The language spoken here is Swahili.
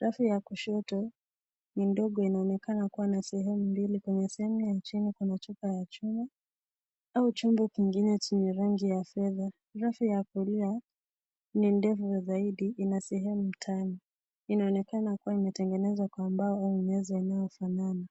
rafu ya kushoto ni ndogo inayoonekana kuwa na sehemu mbili ,kwenye sehemu ya chini kuna chupa ya chuma au chombo kingine chenye rangi ya fedha, rafu ya kulia ni ndefu zaidi ina sehemu tano inaonekana kuwa imetengenezwa kwa mbao au meza inayofanana.